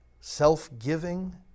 self-giving